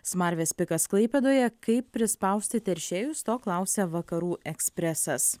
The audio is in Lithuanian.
smarvės pikas klaipėdoje kaip prispausti teršėjus to klausia vakarų ekspresas